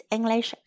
English